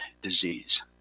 disease